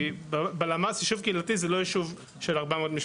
כי בלמ"ס ישוב קהילתי זה לא ישוב של 400 משפחות,